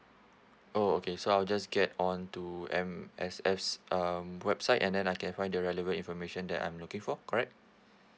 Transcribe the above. oh okay so I'll just get on to M_S_F um website and then I can find the relevant information that I'm looking for correct